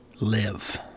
live